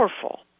powerful